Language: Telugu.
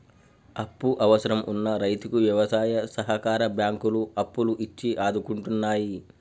అప్పు అవసరం వున్న రైతుకు వ్యవసాయ సహకార బ్యాంకులు అప్పులు ఇచ్చి ఆదుకుంటున్నాయి